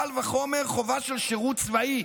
קל וחומר חובה של שירות צבאי.